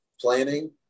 planning